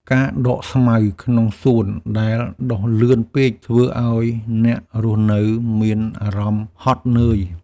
ការដកស្មៅក្នុងសួនដែលដុះលឿនពេក ធ្វើឱ្យអ្នករស់នៅមានអារម្មណ៍ហត់នឿយ។